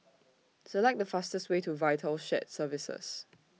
Select The fastest Way to Vital Shared Services